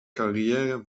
carrière